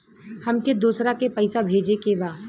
हमके दोसरा के पैसा भेजे के बा?